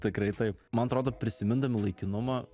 tikrai taip man atrodo prisimindami laikinumą